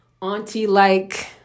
auntie-like